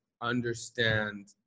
understand